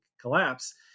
collapse